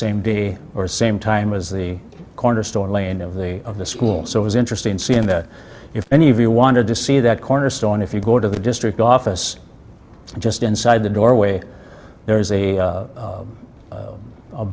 same day or same time as the corner store lane of the of the school so it was interesting seeing that if any of you wanted to see that cornerstone if you go to the district office just inside the doorway there is a